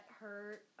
hurt